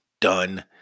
done